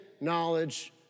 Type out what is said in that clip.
knowledge